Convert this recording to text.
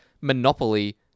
Monopoly